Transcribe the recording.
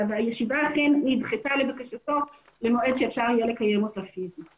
והישיבה אכן נדחתה לבקשתו למועד שאפשר יהיה לקיים אותה פיזית.